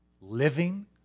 living